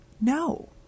No